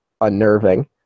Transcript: unnerving